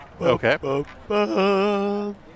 Okay